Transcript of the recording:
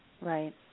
Right